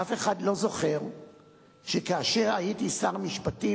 אף אחד לא זוכר שכאשר הייתי שר המשפטים